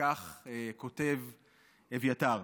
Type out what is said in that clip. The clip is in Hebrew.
וכך כותב אביתר: